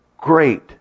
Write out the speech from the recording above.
great